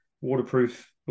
waterproof